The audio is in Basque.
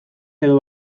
edo